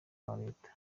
leta